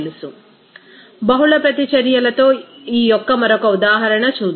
refer slide time 2732 బహుళ ప్రతిచర్యలతో ఈయొక్క మరొక ఉదాహరణ చేద్దాం